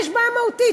יש בעיה מהותית.